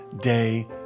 day